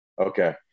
Okay